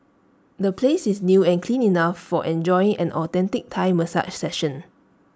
the place is new and clean enough for enjoying an authentic Thai massage session